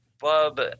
Bub